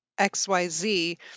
XYZ